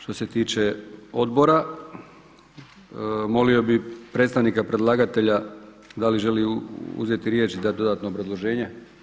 Što se tiče odbora molio bih predstavnika predlagatelja da li želi uzeti riječ i dati dodatno obrazloženje?